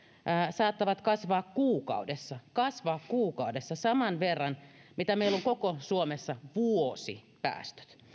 saattavat kasvaa kuukaudessa kasvaa kuukaudessa saman verran kuin mitä meillä on koko suomessa vuosipäästöt